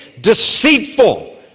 Deceitful